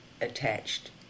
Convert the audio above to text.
attached